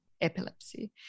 epilepsy